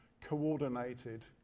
coordinated